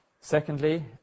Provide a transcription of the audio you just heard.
Secondly